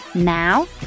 Now